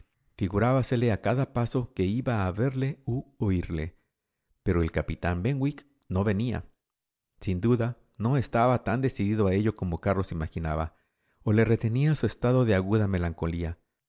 figurábasele a cada paso que iba a verle u oírle pero el capitán benwick no venía sin duda no estaba tan decidido a ello como carlos imaginaba o le retenía su estado de aguda melancolía